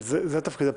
אבל זה תפקיד הפרלמנט.